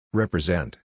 represent